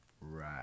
Right